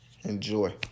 Enjoy